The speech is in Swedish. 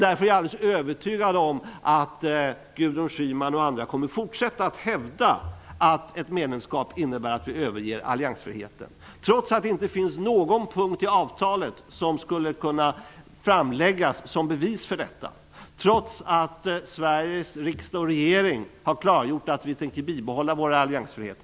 Därför är jag alldeles övertygad om att Gudrun Schyman och andra kommer att fortsätta att hävda att ett medlemskap innebär att vi överger alliansfriheten, trots att det inte finns någon punkt i avtalet som skulle kunna framläggas som bevis för detta och trots att Sveriges riksdag och regering har klargjort att vi tänker bibehålla vår alliansfrihet.